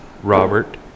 Robert